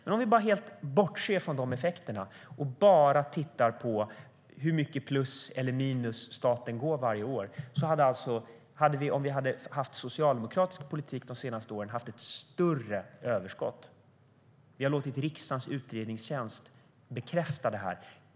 Men om vi helt bortser från de effekterna och bara tittar på hur mycket plus eller minus staten går med varje år hade vi alltså haft ett större överskott om vi hade haft en socialdemokratisk politik under de senaste åren. Vi har låtit riksdagens utredningstjänst bekräfta det här.